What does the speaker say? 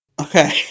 Okay